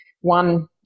one